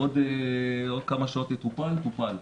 'עוד כמה שעות יטופל', 'טופל'.